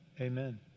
amen